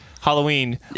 halloween